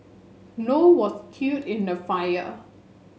low was killed in the fire